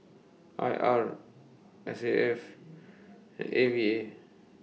I R S A F and A V A